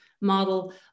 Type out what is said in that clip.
model